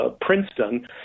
Princeton